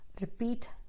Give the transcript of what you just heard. repeat